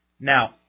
Now